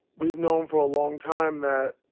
we've known for a long time that